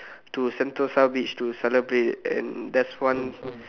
to Sentosa beach to celebrate and that's one